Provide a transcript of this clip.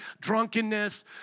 drunkenness